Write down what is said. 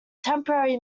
temporary